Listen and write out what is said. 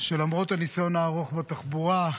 שלמרות הניסיון הארוך בתחבורה,